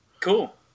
cool